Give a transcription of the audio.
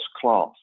class